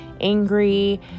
angry